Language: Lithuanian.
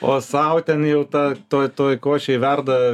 o sau ten jau ta toj toj košėj verda